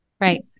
Right